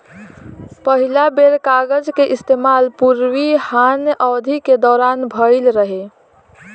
पहिला बेर कागज के इस्तेमाल पूर्वी हान अवधि के दौरान भईल रहे